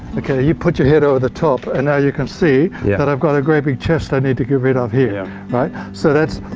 okay you put your head over the top, and now you can see yeah that i've got a great big chest that i need to get rid of here right. so that's,